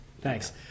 Thanks